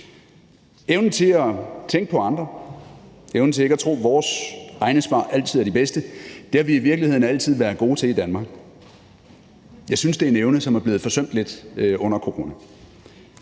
Evnen til at tænke på andre, evnen til ikke at tro, at vores egne svar altid er de bedste, har vi i virkeligheden altid været gode til i Danmark. Jeg synes, det er en evne, som er blevet forsømt lidt under corona.